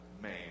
man